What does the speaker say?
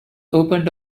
opened